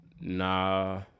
Nah